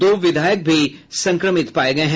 दो विधायक भी संक्रमित पाये गये हैं